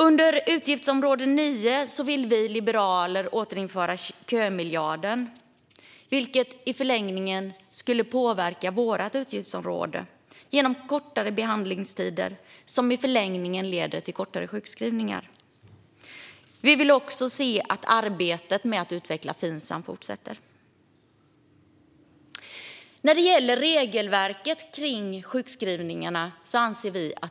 Under utgiftsområde 9 vill vi liberaler återinföra kömiljarden, vilket i förlängningen skulle påverka vårt utgiftsområde genom kortare behandlingstider. Dessa skulle i sin tur i förlängningen leda till kortare sjukskrivningar. Vi vill också att arbetet med att utveckla Finsam fortsätter. Vi anser att regelverket kring sjukskrivningarna